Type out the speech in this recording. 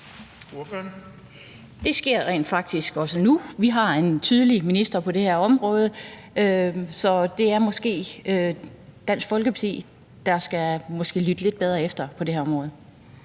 Det sker rent faktisk også nu. Vi har en minister, der er tydelig på det her område, så det er måske Dansk Folkeparti, der skal lytte lidt bedre efter på det her område.